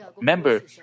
member